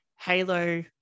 Halo